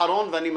אחרון ואני מצביע.